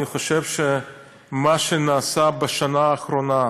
אני חושב שמה שנעשה בשנה האחרונה,